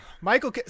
Michael